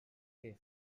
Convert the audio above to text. que